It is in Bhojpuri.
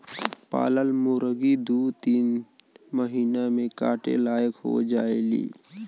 पालल मुरगी दू तीन महिना में काटे लायक हो जायेली